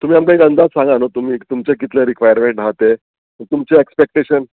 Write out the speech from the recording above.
तुमी आमकां एक अंदाज सांगा न्हू तुमी तुमचे कितले रिक्वायरमेंट आहा तें तुमचे एक्सपेक्टेशन